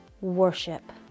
worship